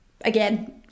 again